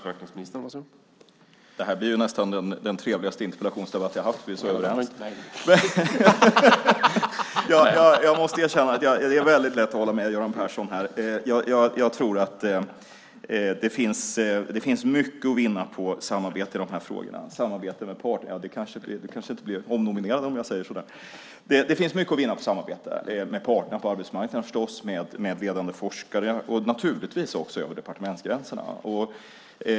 Herr talman! Det här blir nästan den trevligaste interpellationsdebatt jag har haft, vi är så överens. Jag måste erkänna att jag har väldigt lätt att hålla med Göran Persson. Jag tror att det finns mycket att vinna på samarbete i de här frågorna - jag kanske inte blir omnominerad om jag säger så där - med parterna på arbetsmarknaden förstås, med ledande forskare och naturligtvis över departementsgränserna.